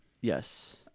Yes